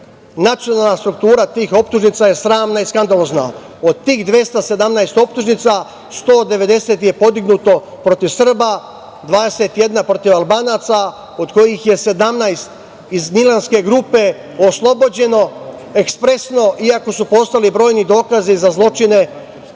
Nacionalna struktura tih optužnica je sramna i skandalozna. Od tih 217 optužnica 190 je podignuto protiv Srba, 21 protiv Albanaca od kojih je 17 iz dinarske grupe oslobođeno ekspresno iako su postojali brojni dokazi za zločine